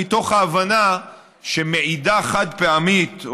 מתוך ההבנה שמעידה חד-פעמית,